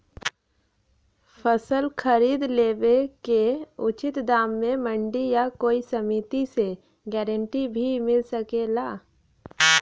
फसल खरीद लेवे क उचित दाम में मंडी या कोई समिति से गारंटी भी मिल सकेला?